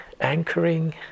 anchoring